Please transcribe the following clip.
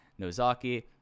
Nozaki